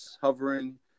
hovering